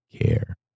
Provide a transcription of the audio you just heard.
care